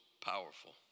powerful